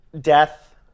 death